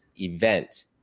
event